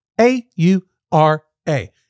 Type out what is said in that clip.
A-U-R-A